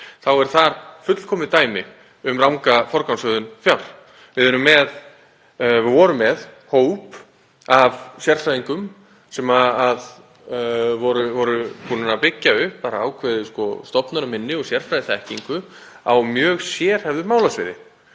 þá er það fullkomið dæmi um ranga forgangsröðun fjárúthlutunar. Við vorum með hóp af sérfræðingum sem voru búnir að byggja upp ákveðið stofnanaminni og sérfræðiþekkingu á mjög sérhæfðu málasviði,